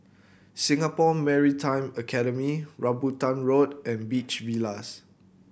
Singapore Maritime Academy Rambutan Road and Beach Villas